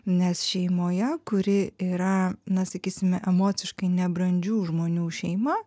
nes šeimoje kuri yra na sakysime emociškai nebrandžių žmonių šeima